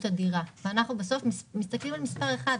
הדירה ואנחנו בסוף מסתכלים על מספר אחד,